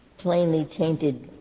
plainly tainted